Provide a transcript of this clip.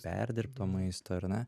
perdirbto maisto ar ne